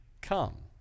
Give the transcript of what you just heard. come